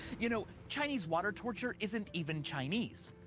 you know, chinese water torture isn't even chinese.